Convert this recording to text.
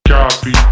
Copy